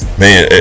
man